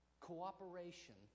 cooperation